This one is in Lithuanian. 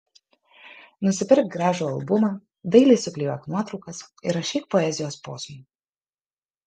nusipirk gražų albumą dailiai suklijuok nuotraukas įrašyk poezijos posmų